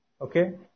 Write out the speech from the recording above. okay